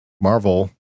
Marvel